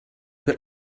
but